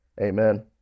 amen